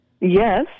Yes